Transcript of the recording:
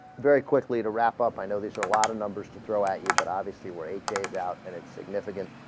very quickly to wrap up i know there's a lot of numbers to throw at you but obviously were eight days out that and it's significant